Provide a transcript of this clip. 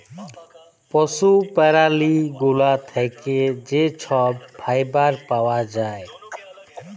পশু প্যারালি গুলা থ্যাকে যে ছব ফাইবার পাউয়া যায়